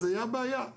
אז הייתה בעיה.